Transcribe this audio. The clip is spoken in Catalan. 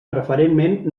preferentment